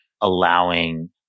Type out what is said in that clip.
allowing